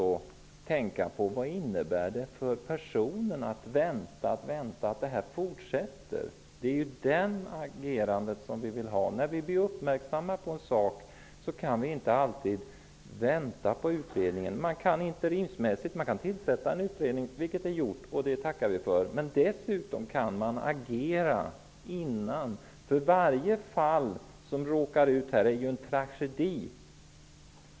Vi bör tänka på vad det innebär för de enskilda personerna att vänta på att det här skall fortsätta. När vi blir uppmärksamma på en sak kan vi inte alltid agera så att vi väntar på utredningen. Man kan förvisso tillsätta en utredning. Det har gjorts, och det tackar vi för. Dessutom kan man agera innan utredningen är färdig. För varje människa som råkar ut för något är det en tragedi.